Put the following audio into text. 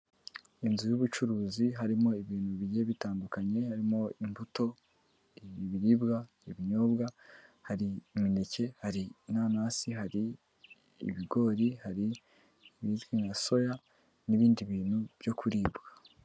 N'inzu y'ubucuruzi harimo ibintu bigiye bitandukanye, harimo imbuto, ibiribwa, ibinyobwa, hari imineke, hari inanasi, hari ibigori, hari ibizwi nka soya, n'ibindi bintu byo kuribwa.